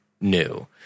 new